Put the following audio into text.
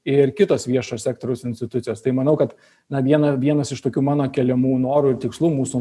ir kitos viešojo sektoriaus institucijos tai manau kad na viena vienas iš tokių mano keliamų norų ir tikslų mūsų